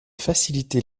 faciliter